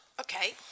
Okay